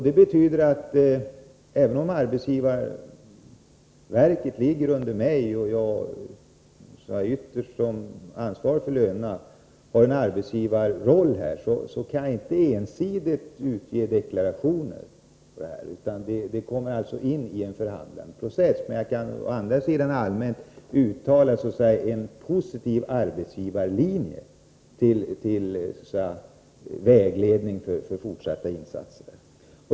Det betyder att arbetsmarknadsverket, som ju sorterar under mig och där jag ytterst har ansvar för lönerna, har en arbetsgivarroll men kan inte ensidigt göra deklarationer. Det blir i stället en fråga om förhandlingsprocess. Jag kan å andra sidan uttala mig för en allmänt positiv arbetsgivarlinje när det gäller fortsatta insatser.